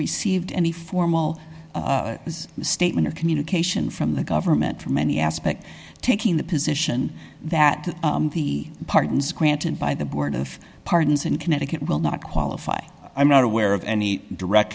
received any formal statement or communication from the government from any aspect taking the position that the pardons granted by the board of pardons in connecticut will not qualify i'm not aware of any direct